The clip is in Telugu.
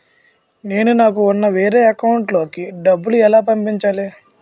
నేను నాకు ఉన్న వేరే అకౌంట్ లో కి డబ్బులు ఎలా పంపించాలి?